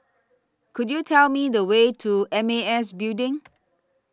Could YOU Tell Me The Way to M A S Building